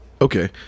Okay